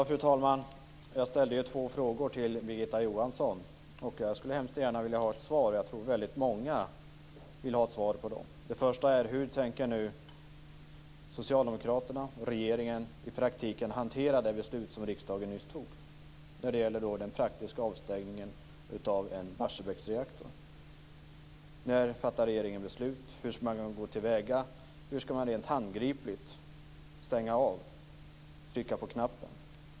Fru talman! Jag ställde två frågor till Birgitta Johansson. Jag skulle gärna vilja ha svar. Jag tror att många vill ha svar på dem. För det första: Hur tänker socialdemokraterna, regeringen, i praktiken hantera det beslut som riksdagen nyss fattade när det gäller den praktiska avstängningen av en Barsebäcksreaktor? När fattar regeringen beslut? Hur skall man gå till väga? Hur skall man rent handgripligt stänga av och trycka på knappen?